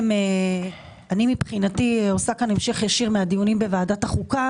אני מבחינתי עושה פה המשך ישיר מהדיונים בוועדת החוקה